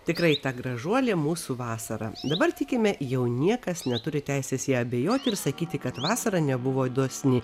tikrai ta gražuolė mūsų vasara dabar tikime jau niekas neturi teisės ja abejoti ir sakyti kad vasara nebuvo dosni